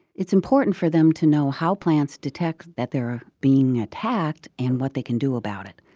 it's important for them to know how plants detect that they are ah being attacked and what they can do about it.